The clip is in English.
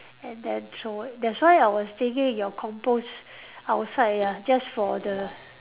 and then throw it that's why I was thinking of compost outside ah just for the